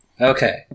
Okay